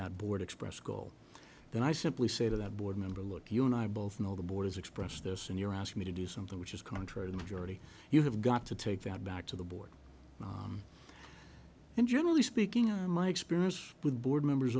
that board expressed goal then i simply say to that board member look you and i both know the board has expressed this and you're asking me to do something which is contrary to majority you have got to take that back to the board and generally speaking i my experience with board members